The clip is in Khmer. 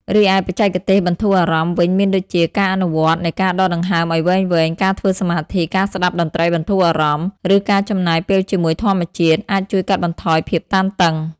រីឯ បច្ចេកទេសបន្ធូរអារម្មណ៍វិញមានដូចជា ការអនុវត្តនៃការដកដង្ហើមឲ្យវែងៗ ការធ្វើសមាធិ ការស្តាប់តន្ត្រីបន្ធូរអារម្មណ៍ ឬការចំណាយពេលជាមួយធម្មជាតិ អាចជួយកាត់បន្ថយភាពតានតឹង។